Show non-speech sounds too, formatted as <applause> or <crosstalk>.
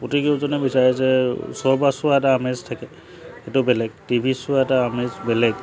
<unintelligible> কেউজনে বিচাৰে যে ওচৰৰ পৰা চোৱা এটা আমেজ থাকে সেইটো বেলেগ টিভিত চোৱা এটা আমেজ বেলেগ